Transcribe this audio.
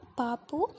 papu